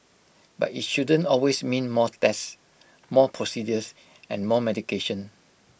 but IT shouldn't always mean more tests more procedures and more medication